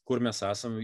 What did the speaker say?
kur mes esam